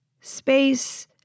space